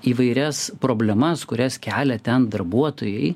įvairias problemas kurias kelia ten darbuotojai